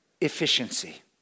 efficiency